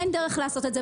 אין דרך לעשות את זה,